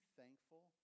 thankful